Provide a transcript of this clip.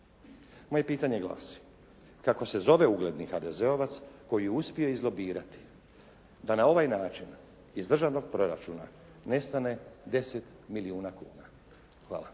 Moje pitanje glasi kako se zove ugledni HDZ-ovac koji je uspio izlobirati da na ovaj način iz državnog proračuna nestane 10 milijuna kuna? Hvala.